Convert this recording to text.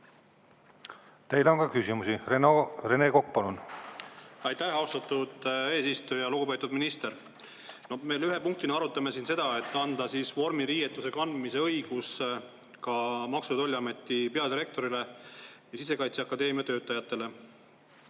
Teile on ka küsimusi. Rene Kokk, palun! Aitäh, austatud eesistuja! Lugupeetud minister! Me ühe punktina arutame siin seda, et anda vormiriietuse kandmise õigus ka Maksu- ja Tolliameti peadirektorile ning Sisekaitseakadeemia töötajatele.